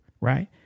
right